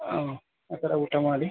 ಹಾಂ ಆ ಥರ ಊಟ ಮಾಡಿ